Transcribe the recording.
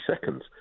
seconds